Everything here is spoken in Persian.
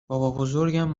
بابابزرگم